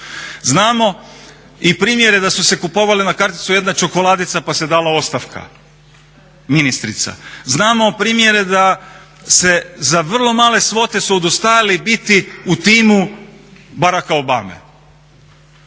Znamo i primjere da su se kupovale na karticu jedna čokoladica pa se dala ostavka ministrica. Znamo primjere da se za vrlo male svote su odustajali biti u timu Baracka Obame,